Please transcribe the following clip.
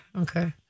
Okay